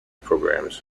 programming